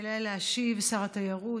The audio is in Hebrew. יעלה להשיב שר התיירות,